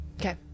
Okay